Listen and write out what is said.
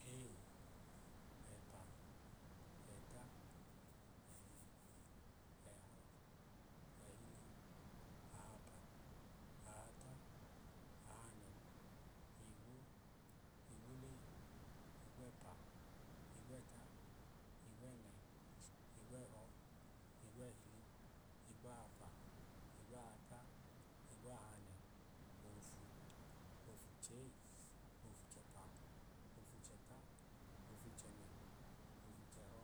Ei ẹpa ẹta ẹnẹ ẹhọ ẹhili ahapa ahata ahanẹ igwo igwole igwẹpa gwẹta igwẹnẹ igwẹhọ igwẹhili igwahapa igwahata igwahanẹ ofu ofuchei ofuchẹpa ofuchẹta ofuchẹnẹ ofuchẹhọ